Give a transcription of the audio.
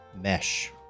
mesh